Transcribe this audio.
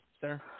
sir